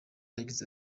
yagize